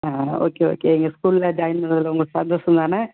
அ okay okay எங்கள் ஸ்கூலில் join பண்ணதில் உங்களுக்கு சந்தோஷம்தான